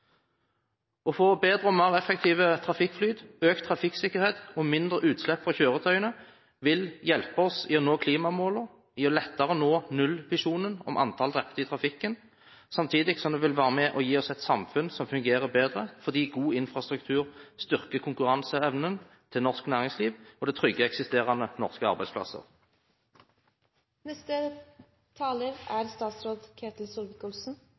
Å få bedre og mer effektiv trafikkflyt, økt trafikksikkerhet og mindre utslipp fra kjøretøyene vil hjelpe oss i å nå klimamålene og gjøre det lettere å nå nullvisjonen når det gjelder antall drepte i trafikken, samtidig som det vil være med og gi oss et samfunn som fungerer bedre. Det gir god infrastruktur, styrker konkurranseevnen til norsk næringsliv, og det trygger eksisterende norske